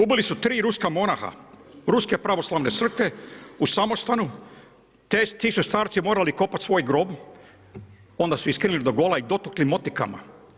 Ubili su 3 ruska monarha ruske pravoslavne crkve u samostanu, ti su starci morali kopati svoj grob onda su ih skinuli do gola i dotukli motikama.